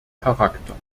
charakter